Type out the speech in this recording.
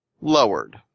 lowered